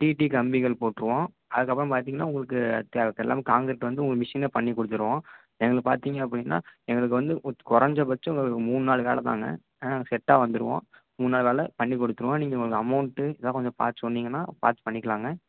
DD கம்பிகள் போட்டுருவோம் அதுக்கப்புறம் பார்த்திங்கன்னா உங்களுக்கு எல்லாம் கான்க்ரீட் வந்து உங்களுக்கு மிஷினே பண்ணிக் கொடுத்துரும் எங்களுக்கு பார்த்திங்க அப்படினா எங்களுக்கு வந்து கொறைஞ்சபட்சம் மூணு நாள் வேலை தான்ங்க செட்டாக வந்துடுவோம் மூணு நாள் வேலை பண்ணிக் கொடுத்துருவோம் நீங்கள் உங்கள் அமவுண்ட்டு இதெல்லாம் கொஞ்சம் பார்த்து சொன்னிங்கன்னா பார்த்து பண்ணிக்கலாம்ங்க